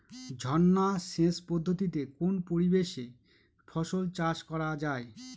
ঝর্না সেচ পদ্ধতিতে কোন পরিবেশে ফসল চাষ করা যায়?